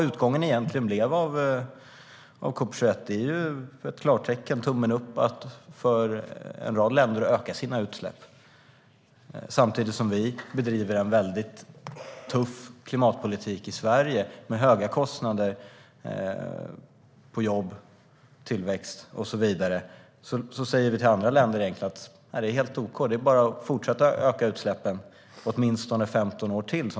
Utgången av COP 21 är ju ett klartecken, tummen upp, för en rad länder att öka sina utsläpp. Samtidigt bedriver vi en tuff klimatpolitik i Sverige med höga kostnader på jobb, tillväxt och så vidare. Men till andra länder säger vi att det är helt okej; det är bara att fortsätta öka utsläppen i åtminstone 15 år till.